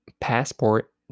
passport